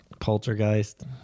Poltergeist